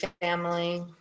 family